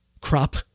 crop